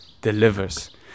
delivers